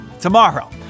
tomorrow